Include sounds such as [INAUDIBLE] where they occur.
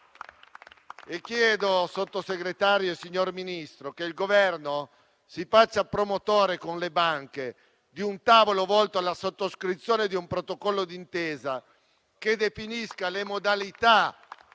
altresì, Sottosegretario, signor Ministro, che il Governo si faccia promotore con le banche di un tavolo volto alla sottoscrizione di un protocollo d'intesa [APPLAUSE] che definisca le modalità di